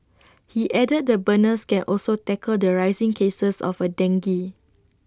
he added the burners can also tackle the rising cases of A dengue